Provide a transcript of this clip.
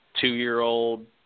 two-year-old